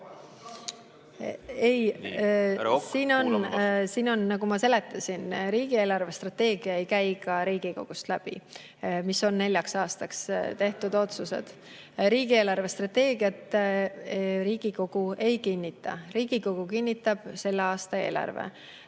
Ei, nagu ma seletasin, riigi eelarvestrateegia ei käi Riigikogust läbi ja need on neljaks aastaks tehtud otsused. Riigi eelarvestrateegiat Riigikogu ei kinnita. Riigikogu kinnitab konkreetse aasta eelarve.